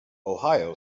ohio